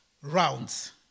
rounds